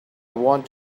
want